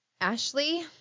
Ashley